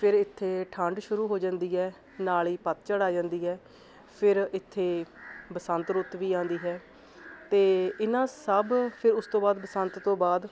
ਫਿਰ ਇੱਥੇ ਠੰਡ ਸ਼ੁਰੂ ਹੋ ਜਾਂਦੀ ਹੈ ਨਾਲ ਹੀ ਪੱਤਝੜ ਆ ਜਾਂਦੀ ਹੈ ਫਿਰ ਇੱਥੇ ਬਸੰਤ ਰੁੱਤ ਵੀ ਆਉਂਦੀ ਹੈ ਅਤੇ ਇਹਨਾਂ ਸਭ ਫਿਰ ਉਸ ਤੋਂ ਬਾਅਦ ਬਸੰਤ ਤੋਂ ਬਾਅਦ